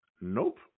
Nope